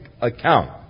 account